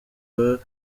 babonaga